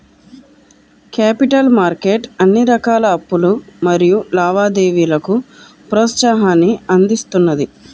capital market అన్ని రకాల అప్పులు మరియు లావాదేవీలకు ప్రోత్సాహాన్ని అందిస్తున్నది